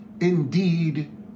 indeed